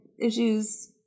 issues